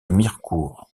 mirecourt